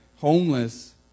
homeless